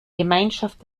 gemeinschaft